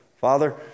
Father